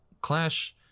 Clash